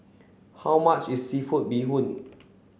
how much is seafood bee hoon